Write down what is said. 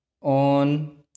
on